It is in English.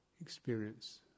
experience